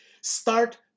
Start